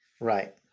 Right